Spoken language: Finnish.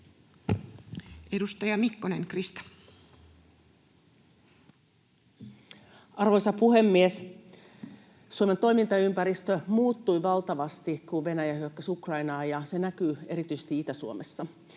Edustaja Mikkonen, Krista. Arvoisa puhemies! Suomen toimintaympäristö muuttui valtavasti, kun Venäjä hyökkäsi Ukrainaan, ja se näkyy erityisesti Itä-Suomessa.